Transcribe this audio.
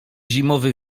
zimowy